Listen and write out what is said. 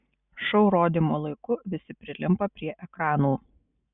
šou rodymo laiku visi prilimpa prie ekranų